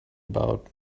about